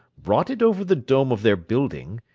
brought it over the dome of their building,